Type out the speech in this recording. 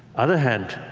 other hand,